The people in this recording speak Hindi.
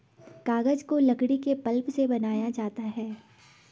कागज को लकड़ी के पल्प से बनाया जाता है